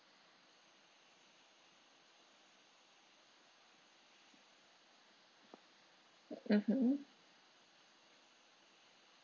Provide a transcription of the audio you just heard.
mmhmm